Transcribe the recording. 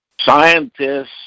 scientists